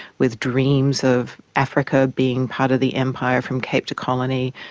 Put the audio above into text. with dreams of africa being part of the empire from cape to colony.